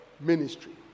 ministry